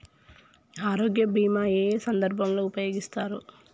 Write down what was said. ఆరోగ్య బీమా ఏ ఏ సందర్భంలో ఉపయోగిస్తారు?